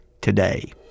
today